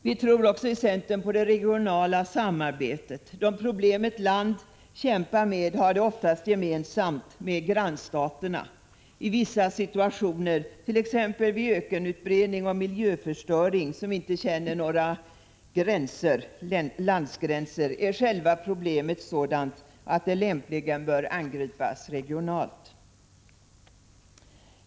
Vi i centern tror också på det regionala samarbetet. De problem ett land kämpar med har det oftast gemensamt med grannstaterna. I vissa situationer, t.ex. vid ökenutbredning och miljöförstöring, som inte känner några landsgränser, är själva problemet sådant att det lämpligen bör angripas regionalt.